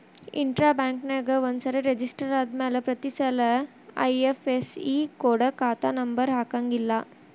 intra ಬ್ಯಾಂಕ್ನ್ಯಾಗ ಒಂದ್ಸರೆ register ಆದ್ಮ್ಯಾಲೆ ಪ್ರತಿಸಲ ಐ.ಎಫ್.ಎಸ್.ಇ ಕೊಡ ಖಾತಾ ನಂಬರ ಹಾಕಂಗಿಲ್ಲಾ